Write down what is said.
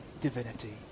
divinity